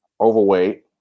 overweight